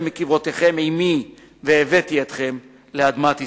מקברותיכם עמי והבאתי אתכם אל אדמת ישראל.